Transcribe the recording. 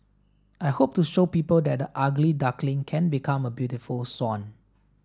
I hope to show people that the ugly duckling can become a beautiful swan